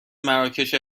مراکش